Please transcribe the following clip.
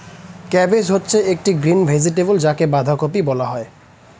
cabbage হচ্ছে একটি green vegetable যাকে বাঁধাকপি বলা হয়